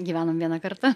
gyvenam vieną kartą